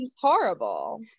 horrible